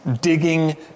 Digging